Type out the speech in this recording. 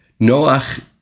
Noach